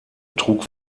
trug